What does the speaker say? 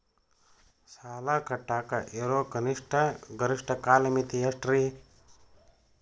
ಸಾಲ ಕಟ್ಟಾಕ ಇರೋ ಕನಿಷ್ಟ, ಗರಿಷ್ಠ ಕಾಲಮಿತಿ ಎಷ್ಟ್ರಿ?